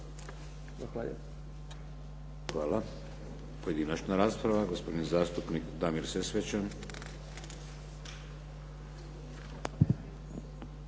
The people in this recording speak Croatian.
Hvala.